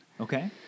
Okay